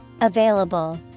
Available